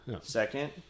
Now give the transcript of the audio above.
Second